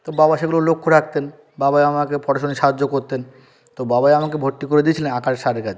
তো বাবা সেগুলো লক্ষ্য রাখতেন বাবাই আমাকে ফটোসেশনে সাহায্য করতেন তো বাবাই আমাকে ভর্তি করে দিয়েছিলেন আঁকার স্যারের কাছে